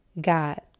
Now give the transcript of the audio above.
God